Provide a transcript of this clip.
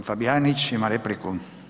G. Fabijanić ima repliku.